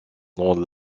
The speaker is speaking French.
dans